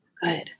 Good